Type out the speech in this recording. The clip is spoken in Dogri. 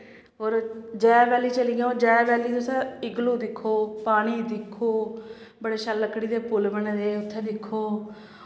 होर जै बैल्ली चली जाओ जै बैल्ली तुस इग्लू दिक्खो पानी दिक्खो बड़े शैल लक्कड़ी दे पुल बने दे उत्थे दिक्खो